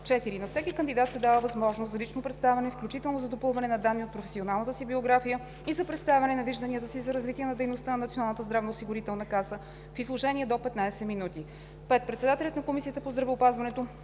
4. На всеки кандидат се дава възможност за лично представяне, включително за допълване на данни от професионалната си биография и за представяне на вижданията си за развитие на дейността на Националната здравноосигурителна каса в изложение до 15 минути. 5. Председателят на Комисията по здравеопазването